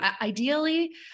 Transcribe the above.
Ideally